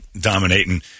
dominating